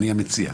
אני המציע.